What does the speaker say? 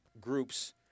groups